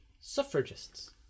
suffragists